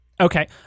Okay